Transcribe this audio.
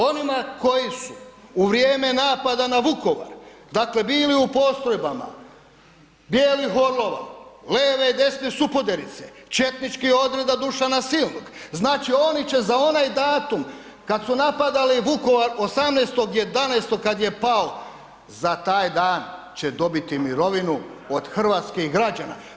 Onima koji su u vrijeme napada na Vukovar dakle bili u postrojbama bjelih orlova, leve i desne supoderice, četničkih odreda Dušana …/nerazumljivo/… znači oni će za onaj datum kad su napadali Vukovar 18.11. kad je pao, za taj dan će dobiti mirovinu od hrvatskih građana.